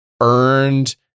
earned